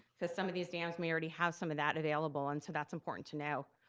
cause some of these dams may already have some of that available, and so that's important to know.